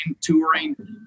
touring